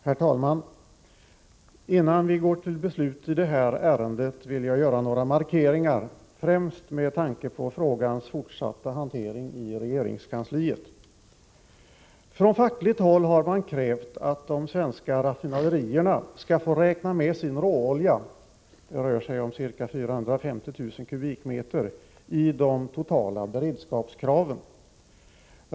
Herr talman! Innan vi går till beslut i det här ärendet vill jag göra några markeringar, främst med tanke på frågans fortsatta hantering i regeringskansliet. Från fackligt håll har man krävt att de svenska raffinaderierna skall få räkna med sin råolja, ca 450 000 m?, i de totala beredskapskraven.